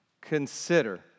consider